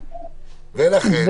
ולכן?